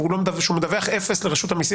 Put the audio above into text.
הוא לא עדכן את הבנק בכלל שהוא מדווח אפס לרשות המסים